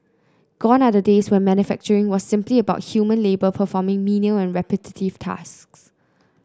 gone are the days when manufacturing was simply about human labour performing menial and repetitive tasks